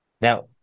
Now